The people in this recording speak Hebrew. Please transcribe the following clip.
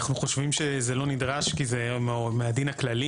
אנחנו חושבים שזה לא נדרש כי זה מהדין הכללי.